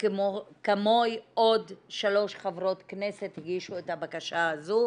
וכמוני עוד שלוש חברות כנסת הגישו את הבקשה הזו.